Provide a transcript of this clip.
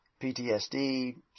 PTSD